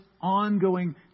ongoing